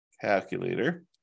Calculator